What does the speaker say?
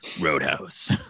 Roadhouse